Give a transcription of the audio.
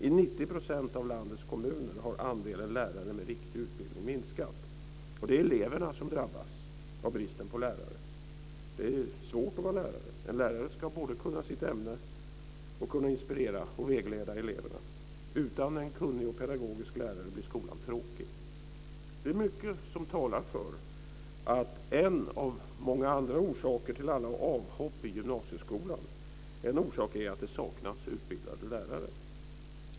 I 90 % av landets kommuner har andelen lärare med riktig utbildning minskat, och det är eleverna som drabbas av bristen på lärare. Det är svårt att vara lärare. En lärare ska både kunna sitt ämne och kunna inspirera och vägleda eleverna. Utan en kunnig och pedagogisk lärare blir skolan tråkig. Det är mycket som talar för att en av många andra orsaker till alla avhopp i gymnasieskolan är att det saknas utbildade lärare.